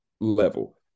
level